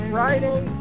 Friday